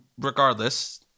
regardless